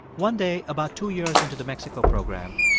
one day about two years into the mexico program,